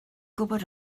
gwybod